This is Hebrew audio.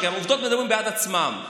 העובדות מדברות בעד עצמן.